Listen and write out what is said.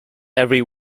every